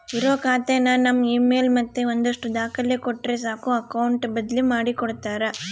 ಇರೋ ಖಾತೆನ ನಮ್ ಇಮೇಲ್ ಮತ್ತೆ ಒಂದಷ್ಟು ದಾಖಲೆ ಕೊಟ್ರೆ ಸಾಕು ಅಕೌಟ್ ಬದ್ಲಿ ಮಾಡಿ ಕೊಡ್ತಾರ